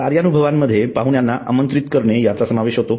कार्यानुभवांमध्ये पाहुण्यांना आमंत्रित करणे याचा समावेश होतो